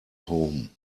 home